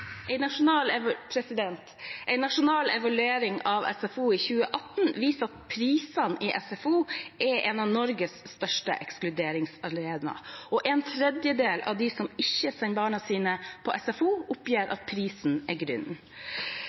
nasjonal evaluering av SFO i 2018 viser at SFO-prisene er en av Norges største ekskluderingsarenaer. En tredjedel av dem som ikke sender barna sine på SFO, oppgir at prisen er